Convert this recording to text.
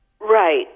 Right